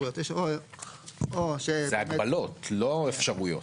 זה הגבלות, לא אפשרויות.